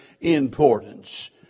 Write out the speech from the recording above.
importance